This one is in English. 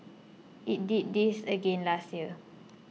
it did this again last year